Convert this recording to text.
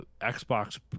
xbox